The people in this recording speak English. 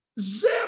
Zip